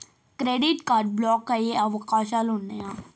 Credit card block అయ్యే అవకాశాలు ఉన్నయా?